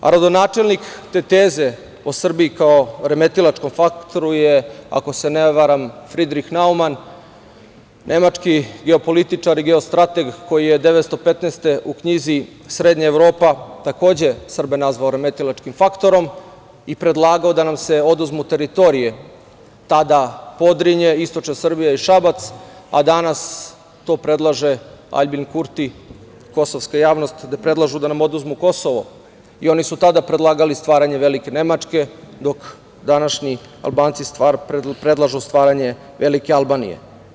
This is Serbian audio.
Rodonačelnik te teze o Srbiji, kao remetilačkom faktoru koji je, ako se ne varam, Fridrik Nauman, nemački geopolitičar, geostrateg koji je 1915. godine u knjizi „Srednja Evropa“, takođe Srbe nazvao remetilačkim faktorom i predlagao da nam se oduzmu teritorije, tada Podrinje, istočna Srbija i Šabac, a danas to predlaže Aljbin Kurti, kosovka javnost da predlažu da nam oduzmu Kosovo i oni su tada predlagali stvaranje velike Nemačke, dok današnji Albanci predlažu osvajanje velike Albanije.